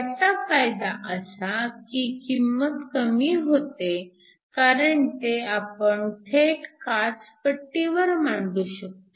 त्याचा फायदा असा की किंमत कमी होते कारण ते आपण थेट काचपट्टीवर मांडू शकतो